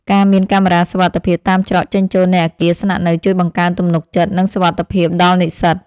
ការមានកាមេរ៉ាសុវត្ថិភាពតាមច្រកចេញចូលនៃអគារស្នាក់នៅជួយបង្កើនទំនុកចិត្ត និងសុវត្ថិភាពដល់និស្សិត។